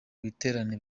biterane